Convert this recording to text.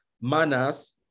manners